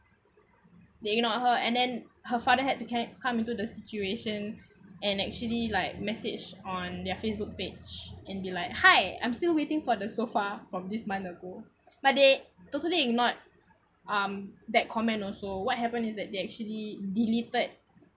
they ignored her and then her father had to came come into the situation and actually like message on their Facebook page and be like hi I'm still waiting for the sofa from this month ago but they totally ignore um that comment also what happened is that they actually deleted